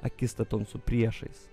akistaton su priešais